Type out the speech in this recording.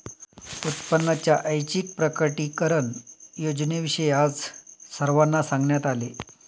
उत्पन्नाच्या ऐच्छिक प्रकटीकरण योजनेविषयी आज सर्वांना सांगण्यात आले